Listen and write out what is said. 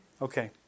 Okay